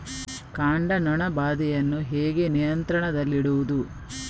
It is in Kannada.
ಕಾಂಡ ನೊಣ ಬಾಧೆಯನ್ನು ಹೇಗೆ ನಿಯಂತ್ರಣದಲ್ಲಿಡುವುದು?